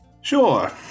Sure